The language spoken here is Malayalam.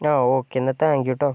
ആ ഓക്കെ എന്നാൽ താങ്ക് യൂ കേട്ടോ